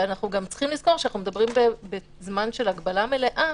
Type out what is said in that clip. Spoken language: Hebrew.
גם יש לזכור שאנחנו מדברים בזמן של הגבלה מלאה,